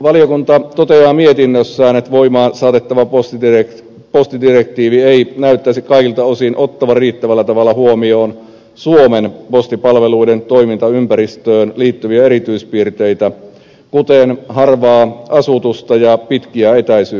valiokunta toteaa mietinnössään että voimaan saatettava postidirektiivi ei näyttäisi kaikilta osin ottavan riittävällä tavalla huomioon suomen postipalveluiden toimintaympäristöön liittyviä erityispiirteitä kuten harvaa asutusta ja pitkiä etäisyyksiä